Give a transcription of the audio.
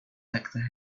hector